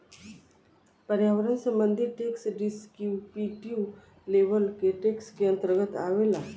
पर्यावरण संबंधी tax descriptive level के टैक्स के अंतर्गत आवेला